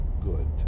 good